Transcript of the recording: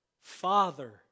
Father